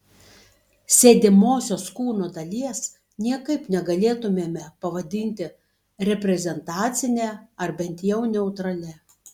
sėdimosios kūno dalies niekaip negalėtumėme pavadinti reprezentacine ar bent jau neutralia